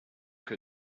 que